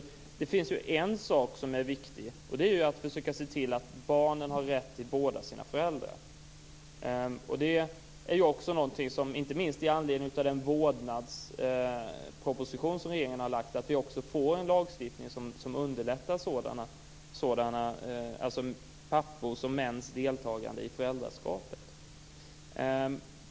Det är viktigt att försöka se till att barnen har rätt till båda sina föräldrar. Med den vårdnadsproposition som regeringen har lagt fram får vi en lagstiftning som underlättar pappors och mäns deltagande i föräldraskapet.